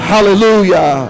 Hallelujah